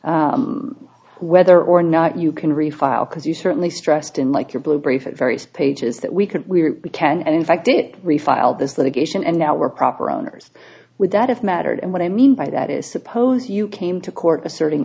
argument whether or not you can refile because you certainly stressed unlike your blue brief various pages that we can we we can and in fact did refile this litigation and now we're proper owners would that have mattered and what i mean by that is suppose you came to court asserting